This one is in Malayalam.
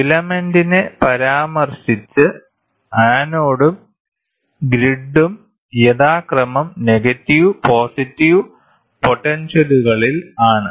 ഫിലമെന്റിനെ പരാമർശിച്ച് ആനോഡും ഗ്രിഡും യഥാക്രമം നെഗറ്റീവ് പോസിറ്റീവ് പൊട്ടൻഷ്യലുകളിൽ ആണ്